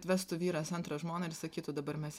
atvestų vyras antrą žmoną ir sakytų dabar mes